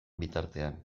bitartean